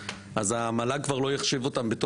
והמועצה להשכלה גבוהה לא מחשיב אותם,